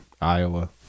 Iowa